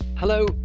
Hello